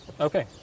Okay